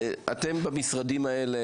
אתם במשרדים האלה,